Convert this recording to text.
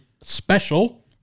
special